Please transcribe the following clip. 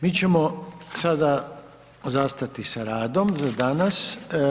Mi ćemo sada zastati sa radom za danas.